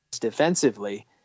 defensively